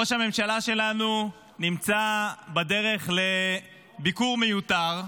ראש הממשלה שלנו נמצא בדרך לביקור מיותר,